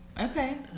Okay